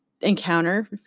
encounter